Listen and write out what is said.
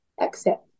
accept